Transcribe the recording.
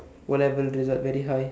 O-level result very high